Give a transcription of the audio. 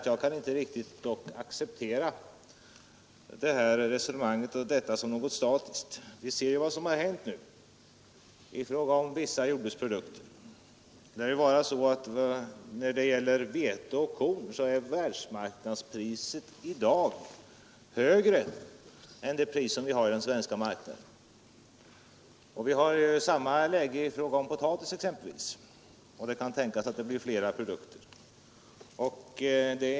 Jag kan inte riktigt acceptera det här resonemanget, att detta skulle vara något statiskt. Vi ser ju vad som har hänt nu i fråga om vissa jordbruksprodukter. På vete och korn lär världsmarknadspriset i dag vara högre än det pris vi har på den svenska marknaden. Vi har samma läge exempelvis i fråga om potatis, och det kan tänkas komma att gälla flera produkter.